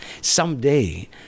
Someday